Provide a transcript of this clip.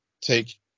take